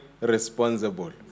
responsible